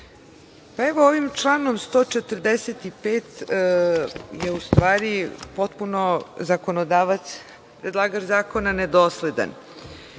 Pavlović** Ovim članom 145. je u stvari potpuno zakonodavac, predlagač zakona nedosledan.